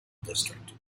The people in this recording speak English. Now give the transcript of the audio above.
district